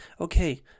Okay